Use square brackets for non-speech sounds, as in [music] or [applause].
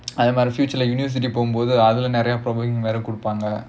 [noise] அது மாறி:athu maari future leh university அதுல நிறைய வேற குடுப்பாங்க:athula niraiya vera kudupaanga